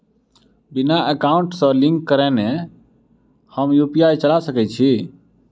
बिना एकाउंट सँ लिंक करौने हम यु.पी.आई चला सकैत छी?